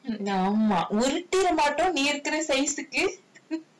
ஆமா உருட்டிட மாட்டோம் நீ இருக்குற:aamaa urutida maattom nee irukkura size கு:ku